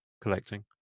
collecting